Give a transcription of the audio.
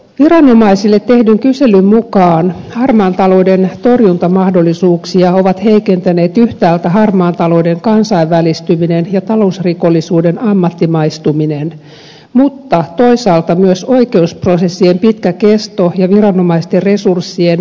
viranomaisille tehdyn kyselyn mukaan harmaan talouden torjuntamahdollisuuksia ovat heikentäneet yhtäältä harmaan talouden kansainvälistyminen ja talousrikollisuuden ammattimaistuminen mutta toisaalta myös oikeusprosessien pitkä kesto ja viranomaisten resurssien riittämättömyys